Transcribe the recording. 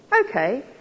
okay